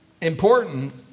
important